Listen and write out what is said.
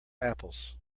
apples